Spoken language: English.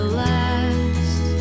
last